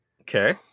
Okay